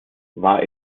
war